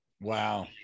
Wow